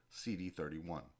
CD31